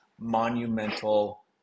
monumental